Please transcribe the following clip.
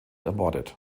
ermordet